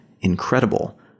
incredible